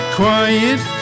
quiet